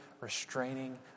restraining